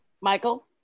Michael